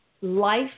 life